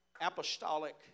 apostolic